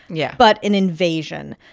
yeah. but an invasion.